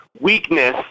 weakness